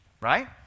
right